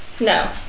No